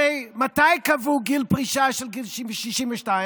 הרי מתי קבעו גיל פרישה של גיל 62?